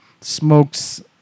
smokes